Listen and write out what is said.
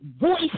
voice